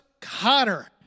Connor